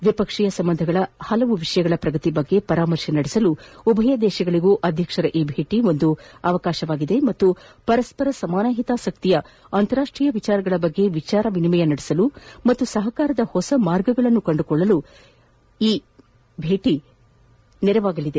ದ್ಲೀಪಕ್ಷೀಯ ಸಂಬಂಧಗಳ ಹಲವು ವಿಷಯಗಳ ಪ್ರಗತಿ ಬಗ್ಗೆ ಪರಾಮರ್ಶೆ ನಡೆಸಲು ಉಭಯ ದೇಶಗಳಿಗೂ ಅಧ್ಯಕ್ಷರ ಭೇಟಿ ಒಂದು ಅವಕಾಶವಾಗಿದೆ ಮತ್ತು ಪರಸ್ಪರ ಸಮಾನ ಹಿತಾಸಕ್ತಿಯ ಅಂತಾರಾಷ್ಟೀಯ ವಿಷಯಗಳ ಬಗ್ಗೆ ವಿಚಾರ ವಿನಿಮಯ ನಡೆಸಲು ಹಾಗೂ ಸಹಕಾರದ ಹೊಸ ಮಾರ್ಗಗಳನ್ನು ಕಂಡುಕೊಳ್ಳಲು ಅಧ್ಯಕ್ಷರ ಈ ಭೇಟಿ ನೆರವಾಗಲಿದೆ